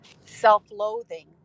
self-loathing